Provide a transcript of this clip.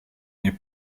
nie